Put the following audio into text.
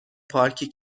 پارکی